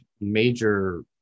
major